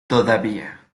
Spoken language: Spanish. todavía